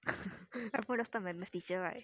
I hope next time my math teacher right